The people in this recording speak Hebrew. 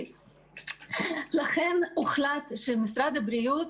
לכן הוחלט שמשרד הבריאות,